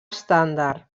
estàndard